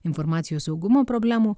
informacijos saugumo problemų